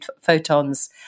photons